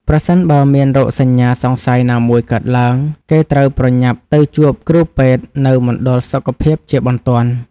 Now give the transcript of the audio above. ប្រសិនបើមានរោគសញ្ញាសង្ស័យណាមួយកើតឡើង គេត្រូវប្រញាប់ទៅជួបគ្រូពេទ្យនៅមណ្ឌលសុខភាពជាបន្ទាន់។